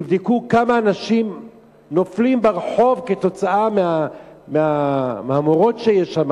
תבדקו כמה אנשים נופלים ברחוב כתוצאה מהמהמורות שיש שם,